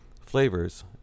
flavors